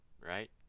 right